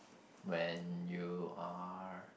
when you are